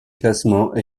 classement